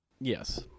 Yes